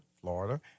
Florida